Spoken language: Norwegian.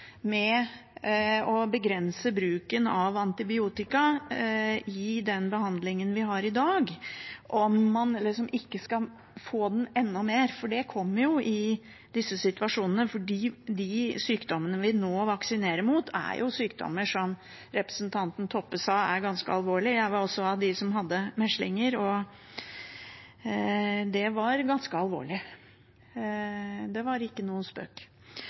med å begrense bruken av antibiotika i den behandlingen vi har i dag, om man ikke skal få økt bruken enda mer – for det forekommer jo i disse situasjonene fordi de sykdommene vi nå vaksinerer imot, er sykdommer som er ganske alvorlige, som representanten Toppe sa. Jeg var også av dem som hadde meslinger, og det var ganske alvorlig. Det var ikke noen spøk.